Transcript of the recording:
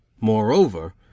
moreover